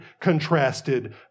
contrasted